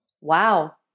Wow